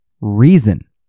reason